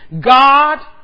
God